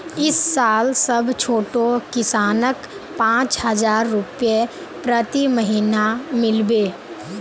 इस साल सब छोटो किसानक पांच हजार रुपए प्रति महीना मिल बे